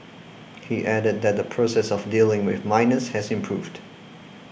he added that the process of dealing with minors has improved